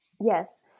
Yes